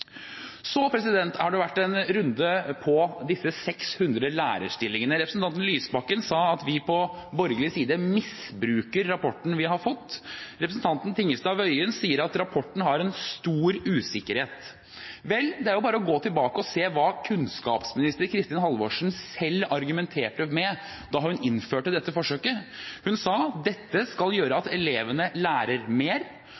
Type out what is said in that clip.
har det vært en runde om disse 600 lærerstillingene. Representanten Lysbakken sa at vi på borgerlig side misbruker rapporten vi har fått. Representanten Tingelstad Wøien sier at rapporten har en stor usikkerhet. Vel, det er bare å gå tilbake og se hva tidligere kunnskapsminister Kristin Halvorsen selv argumenterte med da hun innførte dette forsøket. Hun sa at dette skal gjøre